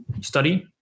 study